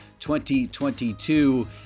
2022